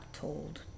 told